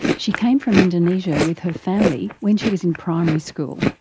she came from indonesia with her family when she was in primary school.